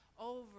over